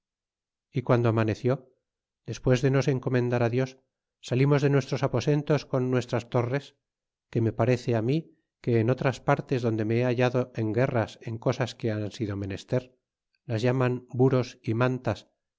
y guando amaneció despues de nos encomendar á dios salimos de nuestros aposentos con nuestras torres que me parece á mi que en otras partes donde me he hallado en guerras en cosas que han sido menester las llaman buros y mantas